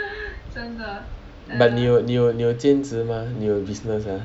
but 你有你有你有兼职吗你有 business ah